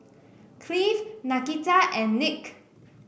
Cleve Nakita and Nick